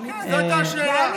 אוקיי, זאת הייתה השאלה.